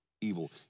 evil